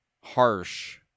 harsh